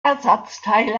ersatzteil